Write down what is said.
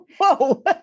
Whoa